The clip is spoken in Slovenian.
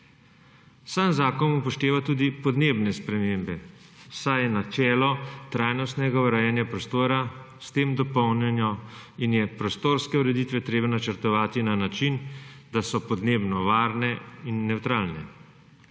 Sam zakon upošteva tudi podnebne spremembe, saj je načelo trajnostnega urejanja prostora s tem dopolnjeno in je prostorske ureditve treba načrtovati na način, da so podnebno varne in nevtralne.